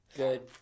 good